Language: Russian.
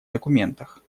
документах